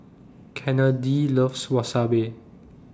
Kennedy loves Wasabi